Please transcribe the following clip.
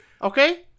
Okay